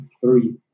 three